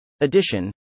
Edition